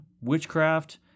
witchcraft